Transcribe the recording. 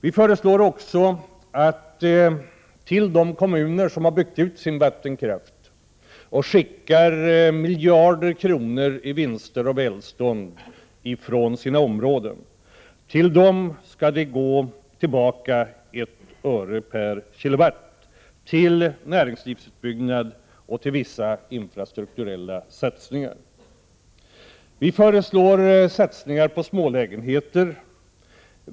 Vi föreslår också att det till de kommuner som har byggt ut sin vattenkraft och skickar miljarder kronor i vinster från sina områden skall gå tillbaka ett öre per kilowatt till näringslivsutbyggnad och till vissa infrastrukturella satsningar. Vi föreslår satsningar på smålägenheter.